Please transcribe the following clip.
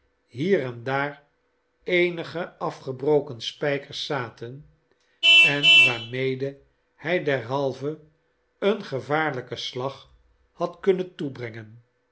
hier en daar eenige afgebrokene spijkers zaten en waarmede hij derhalve een gevaarlijken slag had kunnen toebrengen